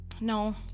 no